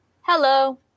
hello